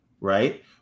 right